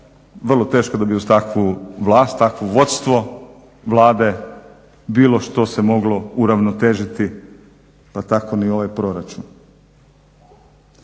vrlo teško da bi uz takvu vlast, takvo vodstvo vlade bilo što se moglo uravnotežiti pa tako ni ovaj proračun.